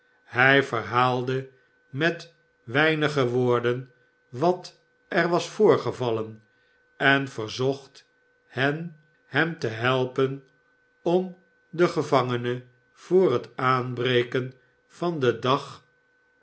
hij verhaalde met weinige woorden wat er was voorgevallen en verzocht hen liem te helpen om den gevangene voor het aanbreken van den dag